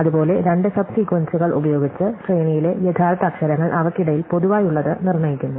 അതുപോലെ രണ്ട് സബ് സീക്വൻസുകൾ ഉപയോഗിച്ച് ശ്രേണിയിലെ യഥാർത്ഥ അക്ഷരങ്ങൾ അവയ്ക്കിടയിൽ പൊതുവായുള്ളത് നിർണ്ണയിക്കുന്നു